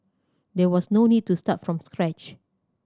there was no need to start from scratch